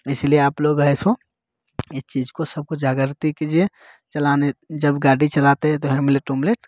इसलिए आप लोग ऐसा इस चीज को सबको जागृति कीजिए चालान जब गाड़ी चलाते हैं तो हेमलेट वेमलेट खुद